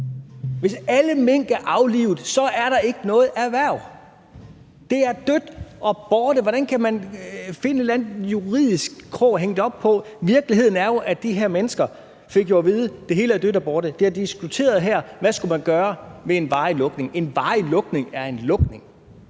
Hvis alle mink er aflivet, så er der ikke noget erhverv. Det er dødt og borte. Hvordan kan man finde en eller anden juridisk krog at hænge det op på? Virkeligheden er jo, at de her mennesker fik at vide: Det hele er dødt og borte. Det er diskuteret her: Hvad skulle man gøre ved en varig lukning? En varig lukning er en lukning.